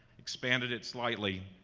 expanded it slightly,